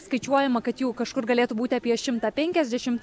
skaičiuojama kad jų kažkur galėtų būti apie šimtą penkiasdešimt